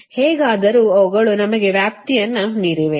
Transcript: ಹೇಗಾದರೂ ಅವುಗಳು ನಮಗೆ ವ್ಯಾಪ್ತಿಯನ್ನು ಮೀರಿವೆ